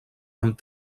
amb